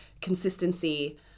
consistency